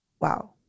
wow